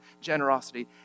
generosity